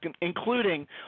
including